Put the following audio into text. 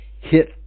hit